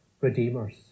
redeemers